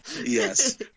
yes